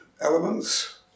elements